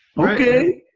okay.